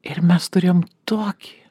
ir mes turėjom tokį